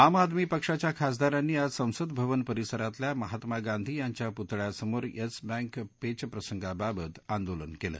आम आदमी पक्षाच्या खासदारांनी आज संसद भवन परिसरातल्या महात्मा गांधी यांच्या पुतळ्यासमोर येस बँक पेचप्रसंगाबाबत आंदोलन केलं